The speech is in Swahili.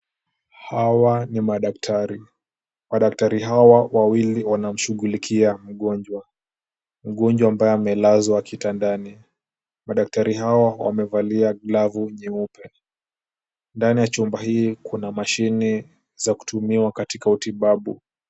Hawa ni madaktari, madaktari hawa wawili wanamshughulikia mgonjwa, mgonjwa ambaye amelazwa kitandani. Madaktari hawa wamevalia glavu nyeupe, ndani ya chumba hii kuna mashini za kutumiwa katika utibabu.